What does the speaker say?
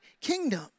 kingdom